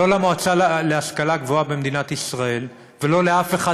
לא למועצה להשכלה גבוהה במדינת ישראל ולא לאף אחד